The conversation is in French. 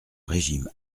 régime